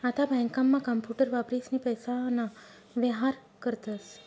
आता बँकांमा कांपूटर वापरीसनी पैसाना व्येहार करतस